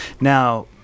now